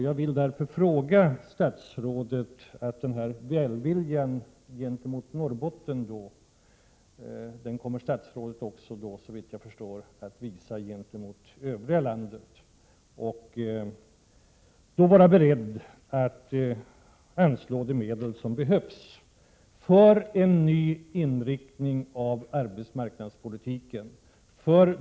Jag vill därför veta om statsrådet visar samma välvilja gentemot övriga landet som gentemot Norrbotten och är beredd att anslå de medel som behövs för en ny inriktning av arbetsmarknadspolitiken.